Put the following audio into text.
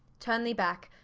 turne thee backe,